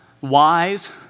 wise